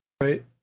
right